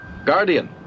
Guardian